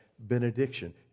Benediction